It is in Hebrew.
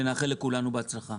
ונאחל לכולנו בהצלחה.